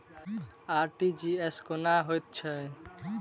RTGS कोना होइत छै?